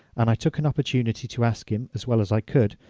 and i took an opportunity to ask him, as well as i could,